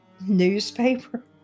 newspaper